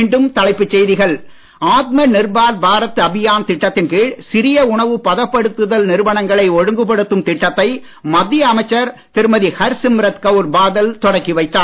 மீண்டும் தலைப்புச் செய்திகள் ஆத்ம நிர்பார் பாரத் அபியான் திட்டத்தின் கீழ் சிறிய உணவு பதப்படுத்துதல் நிறுவனங்களை ஒழுங்கு படுத்தும் திட்டத்தை மத்திய அமைச்சர் திருமதி ஹர்சிம்ரத் கவுர் பாதல் தொடக்கி வைத்தார்